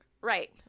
right